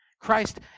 Christ